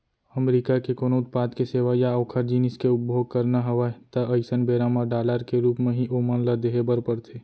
अमरीका के कोनो उत्पाद के सेवा या ओखर जिनिस के उपभोग करना हवय ता अइसन बेरा म डॉलर के रुप म ही ओमन ल देहे बर परथे